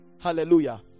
Hallelujah